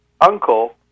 uncle